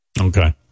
okay